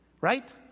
right